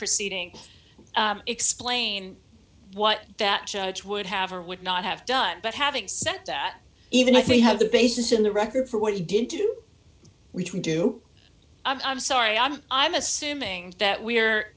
proceeding explain what that judge would have or would not have done but having said that even if they have the basis in the record for what he did do we can do i'm sorry i'm i'm assuming that we're